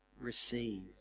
receive